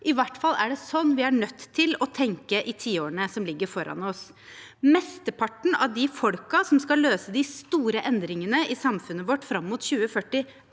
i hvert fall er det sånn vi er nødt til å tenke i tiårene som ligger foran oss. Mesteparten av de folkene som skal løse de store endringene i samfunnet vårt fram mot 2040,